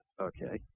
okay